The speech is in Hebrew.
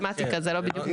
במתמטיקה זה לא בדיוק מסתדר.